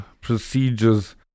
procedures